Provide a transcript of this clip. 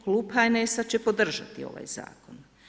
Klub HNS-a će podržati ovaj zakon.